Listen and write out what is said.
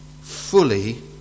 fully